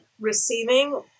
receiving